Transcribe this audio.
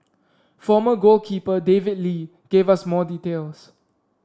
former goalkeeper David Lee gave us more details